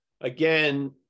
again